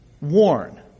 warn